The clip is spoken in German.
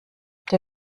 der